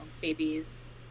babies